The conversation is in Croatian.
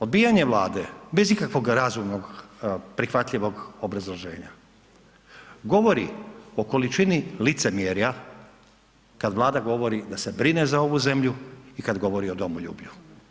Odbijanje Vlade bez ikakvog razumnog, prihvatljivog obrazloženja govori o količini licemjerka kad Vlada govori da se brine za ovu zemlju i kad govori o domoljublju.